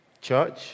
Church